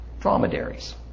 Dromedaries